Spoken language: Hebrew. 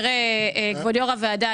כבוד יו"ר הוועדה,